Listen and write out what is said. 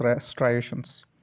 striations